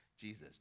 Jesus